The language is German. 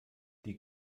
die